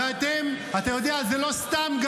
אתה יודע, זה גם לא סתם.